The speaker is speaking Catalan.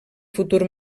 futur